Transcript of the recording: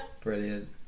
brilliant